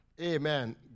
Amen